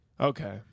Okay